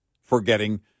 forgetting